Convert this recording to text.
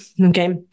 okay